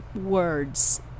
words